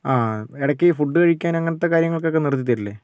ആ ഇടയ്ക്ക് ഫുഡ് കഴിക്കാൻ അങ്ങനത്തെ കാര്യങ്ങൾക്കൊക്കെ നിർത്തിത്തരില്ലേ